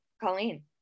Colleen